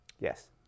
Yes